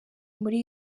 muri